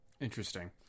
Interesting